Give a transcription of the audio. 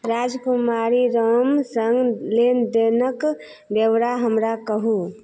राजकुमारी राम संग लेनदेनक ब्यौरा हमरा कहू